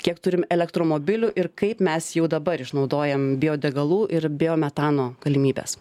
kiek turim elektromobilių ir kaip mes jau dabar išnaudojam biodegalų ir biometano galimybes